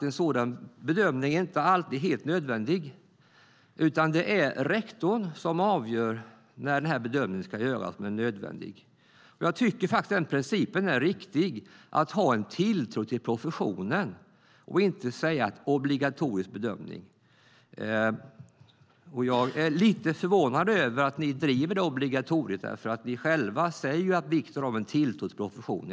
En sådan bedömning är nämligen inte alltid helt nödvändig, utan det är rektorn som avgör när bedömningen är nödvändig och ska göras. Jag tycker att principen att ha en tilltro till professionen och inte säga att det ska vara obligatorisk bedömning är riktig. Jag är lite förvånad över att ni driver det obligatoriet, för ni talar själva om vikten av tilltro till professionen.